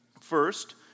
First